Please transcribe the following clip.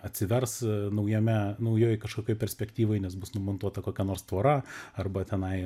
atsivers naujame naujoj kažkokioj perspektyvoj nes bus sumontuota kokia nors tvora arba tenai